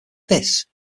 this